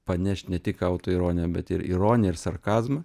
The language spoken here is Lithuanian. panešt ne tik autoironiją bet ir ironiją ir sarkazmą